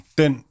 den